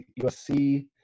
USC